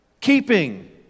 keeping